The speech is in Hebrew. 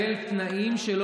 תן לו לסיים,